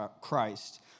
Christ